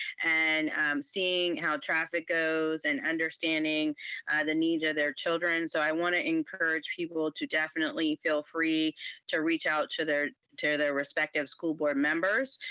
and seeing how traffic goes, and understanding the needs of their children, so i want to encourage people to definitely feel free to reach out to their to their respective school board members.